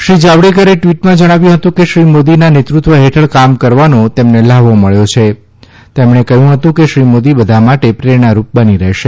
શ્રી જાવડેકરે ટવીટમાં જણાવ્યું હતું કે શ્રી મોદીના નેતૃત્વ હેઠળ કામ કરવાનો તેમને લહાવો મબ્યો છે તેમણે કહ્યું હતું કે શ્રી મોદી બધા માટે પ્રેરણારૂપ બની રહેશે